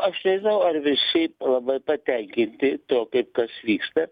aš nežinau ar visi labai patenkinti tuo kaip kas vyksta